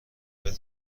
متر